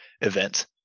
event